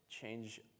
change